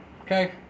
Okay